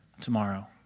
tomorrow